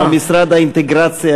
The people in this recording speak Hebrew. כמו משרד האינטגרציה,